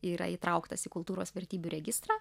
yra įtrauktas į kultūros vertybių registrą